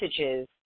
messages